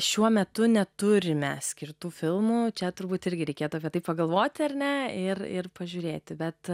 šiuo metu neturime skirtų filmų čia turbūt irgi reikėtų apie tai pagalvoti ar ne ir ir pažiūrėti bet